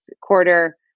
quarter